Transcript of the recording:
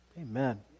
Amen